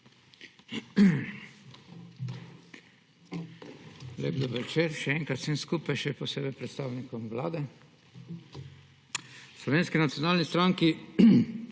Lep dober večer še enkrat vsem skupaj, še posebej predstavnikom Vlade! V Slovenski nacionalni stranki